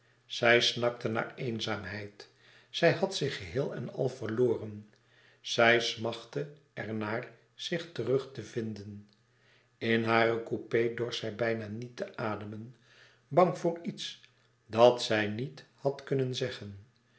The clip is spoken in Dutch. zij snakte naar eenzaamheid zij had zich geheel en al verloren zij smachtte er naar zich terug te vinden in haren coupé dorst zij bijna niet ademen bang voor iets dat zij niet had kunnen zeggen